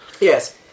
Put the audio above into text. Yes